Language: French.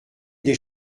des